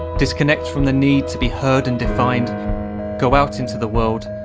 disconnect from the need to be heard and defined go out into the world,